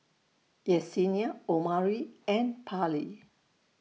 Yessenia Omari and Parley